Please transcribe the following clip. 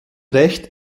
recht